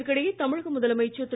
இதற்கிடையே தமிழக முதலமைச்சர் திரு